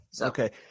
Okay